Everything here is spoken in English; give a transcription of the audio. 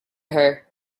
her